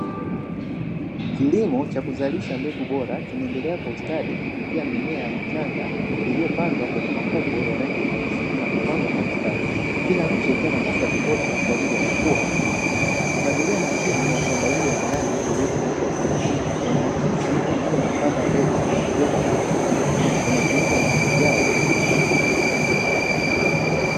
Kilimo cha kuzalisha mbegu bora kinaendelea kwa ustadi kupitia mimea ya michanga iliyopandwa kwenye makopo ya rangi nyeusi na kupangwa kwa mstari. Kila mche ukiwa na nafasi ya kutosha kwa ajili ya kukua vizuri. Mpangilio makini wa shamba hilo la ndani iliyofunikwa juu unaakisi dhamira ya kupata mbegu zenye ubora wa hali ya juu kwa matumizi ya msimu ujao wa kilimo.